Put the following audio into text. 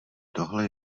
tohle